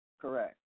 Correct